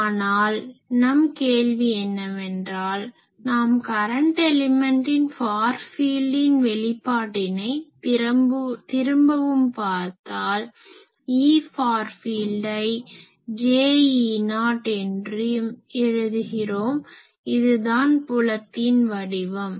ஆனால் நம் கேள்வி என்னவென்றால் நாம் கரன்ட் எலிமென்ட்டின் ஃபார் ஃபீல்டின் வெளிப்பாட்டினை திரும்பவும் பார்த்தால் E ஃபார் ஃபீல்டை jE0 என்று எழுதுகிறோம் இதுதான் புலத்தின் வடிவம்